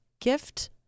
gift